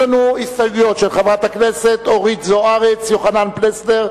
ההסתייגות השנייה, להגדרת חסר דת: